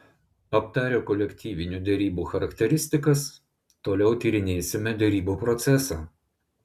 aptarę kolektyvinių derybų charakteristikas toliau tyrinėsime derybų procesą